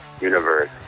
universe